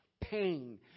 pain